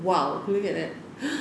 !wow! look at that